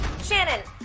Shannon